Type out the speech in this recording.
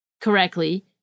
correctly